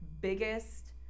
biggest